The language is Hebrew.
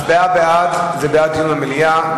הצבעה בעד, זה בעד דיון במליאה.